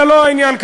זה לא העניין כרגע,